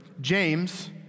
James